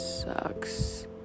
sucks